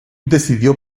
decidió